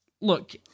look